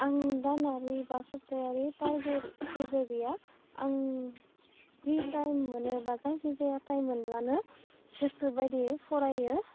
आं दानारि बा सब्तायारि टारगेट जेबो गैया आं जि टाइम मोनो बा जायखिजाया टाइम मोनब्लानो गोसो बायदियै फरायो